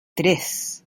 tres